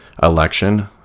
election